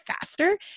faster